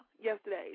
yesterday